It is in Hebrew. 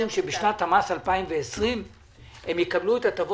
תהינה הטבות במלואן בשנת המס 2020. ברצף.